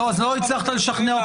הצלחת לשכנע.